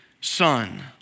son